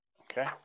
Okay